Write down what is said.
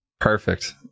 Perfect